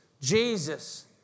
Jesus